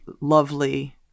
lovely